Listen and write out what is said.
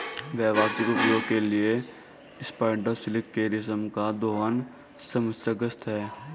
व्यावसायिक उपयोग के लिए स्पाइडर सिल्क के रेशम का दोहन समस्याग्रस्त है